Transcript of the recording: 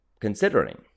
considering